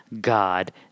God